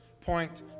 point